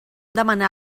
demanar